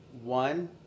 one